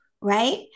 right